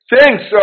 Thanks